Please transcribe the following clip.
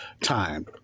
time